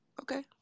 Okay